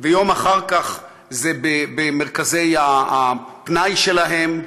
ויום אחר כך זה במרכזי הפנאי שלהם,